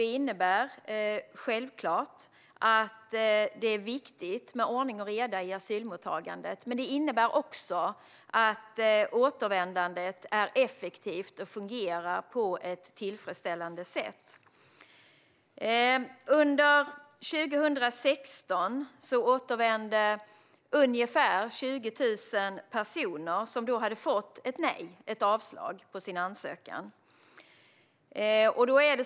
Det innebär självklart att det är viktigt med ordning och reda i asylmottagandet, men det innebär också att återvändandet är effektivt och fungerar på ett tillfredsställande sätt. Under 2016 återvände ungefär 20 000 personer, som då hade fått avslag på sin ansökan.